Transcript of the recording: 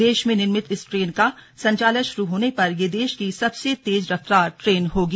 देश में निर्मित इस ट्रेन का संचालन शुरू होने पर यह देश की सबसे तेज रफ्तार ट्रेन होगी